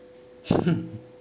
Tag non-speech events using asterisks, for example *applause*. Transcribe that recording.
*laughs*